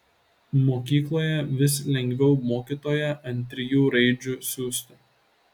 mokykloje vis lengviau mokytoją ant trijų raidžių siųsti